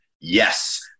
yes